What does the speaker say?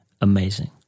amazing